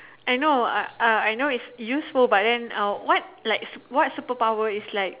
I know I I know is useful but then uh what like su~ what superpower is like